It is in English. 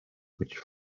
which